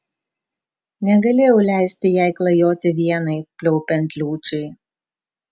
negalėjau leisti jai klajoti vienai pliaupiant liūčiai